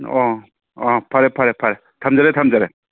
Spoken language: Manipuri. ꯑꯣ ꯑꯥ ꯐꯔꯦ ꯐꯔꯦ ꯐꯔꯦ ꯊꯝꯖꯔꯦ ꯊꯝꯖꯔꯦ ꯎꯝ